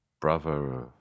brother